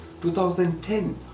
2010